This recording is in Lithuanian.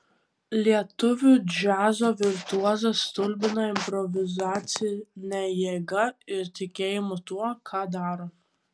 lietuvių džiazo virtuozas stulbina improvizacine jėga ir tikėjimu tuo ką daro